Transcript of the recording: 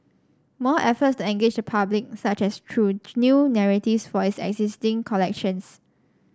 more efforts to engage public such as through new narratives for its existing collections